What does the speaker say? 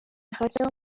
opération